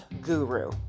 guru